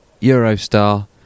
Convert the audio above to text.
Eurostar